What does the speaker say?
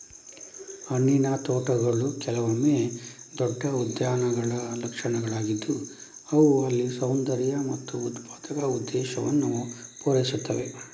ಹಣ್ಣಿನ ತೋಟಗಳು ಕೆಲವೊಮ್ಮೆ ದೊಡ್ಡ ಉದ್ಯಾನಗಳ ಲಕ್ಷಣಗಳಾಗಿದ್ದು ಅವು ಅಲ್ಲಿ ಸೌಂದರ್ಯ ಮತ್ತು ಉತ್ಪಾದಕ ಉದ್ದೇಶವನ್ನು ಪೂರೈಸುತ್ತವೆ